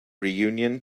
reunion